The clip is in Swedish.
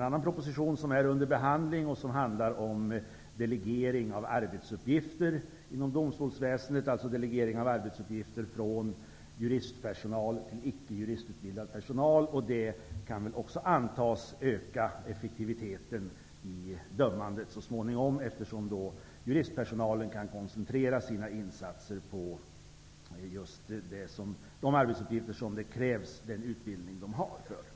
annan proposition som är under behandling och som handlar om delegering av arbetsuppgifter inom domstolsväsendet, dvs. delegering av arbetsuppgifter från juristpersonal till icke juristutbildad personal. Det kan väl också antas öka effektiviteten så småningom i dömandet, eftersom juristpersonalen då kan koncentrera sina insatser på just de arbetsuppgifter där den utbildning som de har krävs.